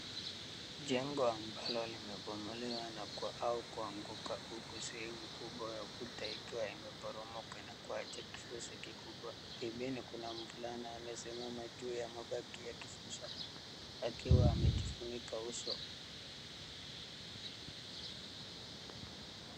Jengo ambalo limebomolewa na au kuanguka huku sehemu kubwa ya ukuta ikiwa imeporomoka na kuacha kifusi kikubwa. Pembeni kuna mvulana amesimama juu ya mabaki ya kifusi akiwa amejifunika uso.